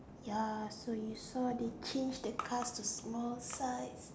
ya so you saw they change the car to small size